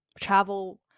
Travel